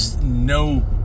no